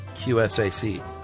QSAC